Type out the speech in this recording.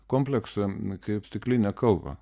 kompleksą kaip stiklinę kalvą